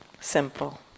Simple